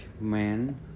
man